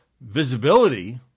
visibility